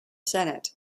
senate